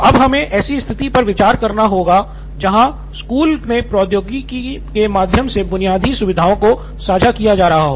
तो अब हमे ऐसी स्थिति पर विचार करना होगा जहां स्कूल में प्रौद्योगिकी के माध्यम से बुनियादी सुविधाओं को साझा किया जा रहा हो